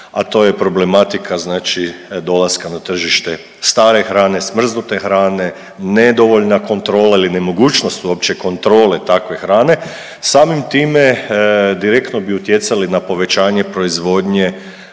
a to je problematika znači dolaska na tržište stare hrane, smrznute hrane, nedovoljna kontrola ili nemogućnost uopće kontrole takve hrane. Samim time direktno bi utjecali na povećanje proizvodnje